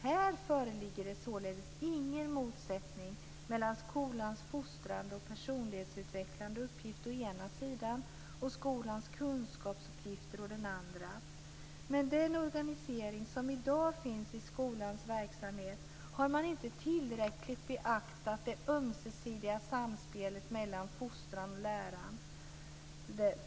Här föreligger det således ingen motsättning mellan skolans fostrande och personlighetsutvecklande uppgift å ena sidan och skolans kunskapsuppgifter å den andra. Men med den organisering som i dag finns i skolans verksamhet har man inte tillräckligt beaktat det ömsesidiga samspelet mellan fostran och lärande.